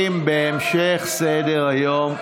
ממשיכים בסדר-היום.